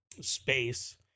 space